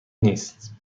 نیست